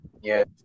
Yes